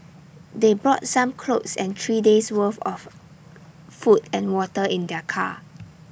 they brought some clothes and three days' worth of food and water in their car